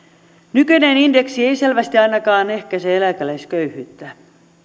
nykyinen indeksi ei selvästi ainakaan ehkäise eläkeläisköyhyyttä